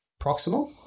proximal